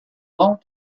how